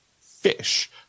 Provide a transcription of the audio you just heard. fish